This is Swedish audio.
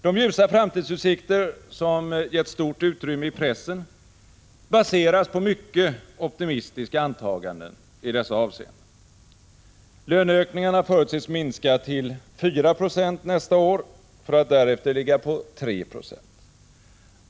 De ljusa framtidsutsikter som getts stort utrymme i pressen baseras på mycket optimistiska antaganden i dessa avseenden. Löneökningarna förutses minska till 4 90 nästa år, för att därefter ligga på 3 20.